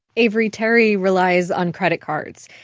avery terry relies on credit cards.